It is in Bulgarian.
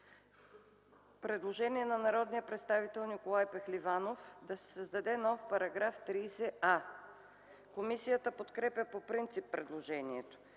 представител Николай Пехливанов да се създаде нов § 30а. Комисията подкрепя по принцип предложението.